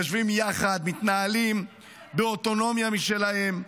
היושבים יחד ומתנהלים באוטונומיה משלהם,